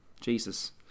Jesus